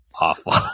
awful